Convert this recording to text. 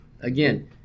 again